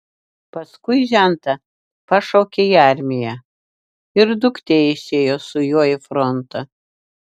paskui žentą pašaukė į armiją ir duktė išėjo su juo į frontą